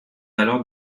alors